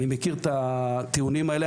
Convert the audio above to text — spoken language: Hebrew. אני מכיר את הטיעונים האלה,